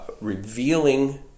revealing